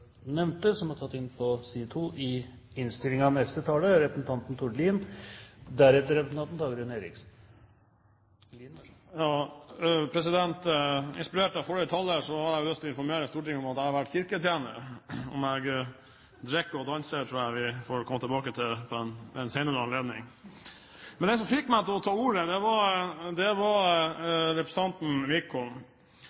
Inspirert av forrige taler har jeg lyst til å informere Stortinget om at jeg har vært kirketjener. Om jeg drikker og danser, tror jeg vi får kommet tilbake til ved en senere anledning. Men det som fikk meg til å ta ordet, var